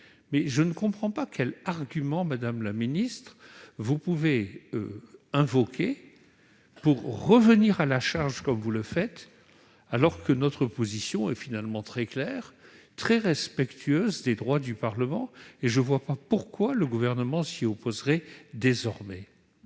? Je ne comprends pas quel argument, madame la ministre, vous pourriez invoquer pour revenir à la charge comme vous le faites. Notre position est en effet très claire, et très respectueuse des droits du Parlement. Je ne vois pas pourquoi le Gouvernement s'y opposerait désormais.